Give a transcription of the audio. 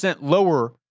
lower